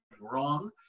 wrong